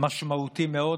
משמעותי מאוד.